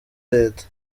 leta